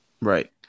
right